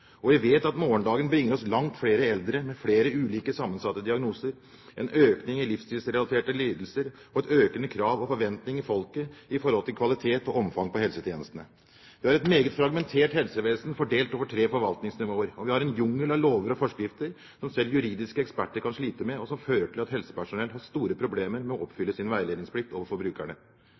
Vi vet at morgendagen vil bringe oss langt flere eldre med flere ulike sammensatte diagnoser, en økning i livsstilsrelaterte lidelser og et økende krav og en forventning i folket med tanke på kvalitet og omfang av helsetjenestene. Vi har et meget fragmentert helsevesen, fordelt over tre forvaltningsnivåer. Vi har en jungel av lover og forskrifter som selv juridiske eksperter kan slite med, og som fører til at helsepersonell har store problemer med å oppfylle sin veiledningsplikt